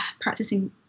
practicing